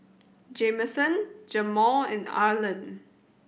Jameson Jamaal and Arland